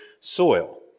soil